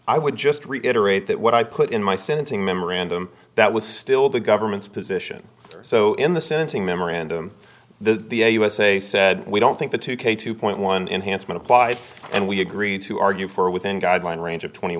that what i put in my sentencing memorandum that was still the government's position so in the scenting memorandum the usa said we don't think the two k two point one enhanced when applied and we agreed to argue for within guideline range of twenty